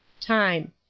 Time